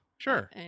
Sure